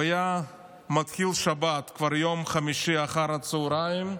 הוא היה מתחיל שבת כבר ביום חמישי אחר הצוהריים,